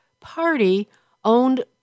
Party-owned